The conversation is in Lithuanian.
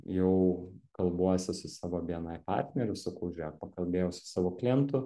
jau kalbuosi su savo bni partneriu sakau žiūrėk pakalbėjau su savo klientu